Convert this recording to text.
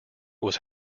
was